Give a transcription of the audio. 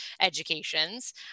educations